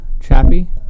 chappy